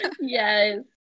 yes